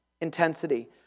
intensity